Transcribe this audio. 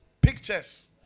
pictures